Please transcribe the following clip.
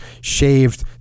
shaved